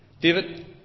David